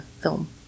film